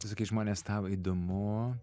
visgi žmonės tau įdomu